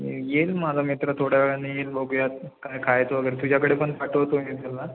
येईल माझा मित्र थोड्या वेळाने येईल बघूयात काय खायचं वगैरे तुझ्याकडे पण पाठवतो मी त्याला